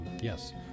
yes